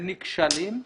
ונכשלים,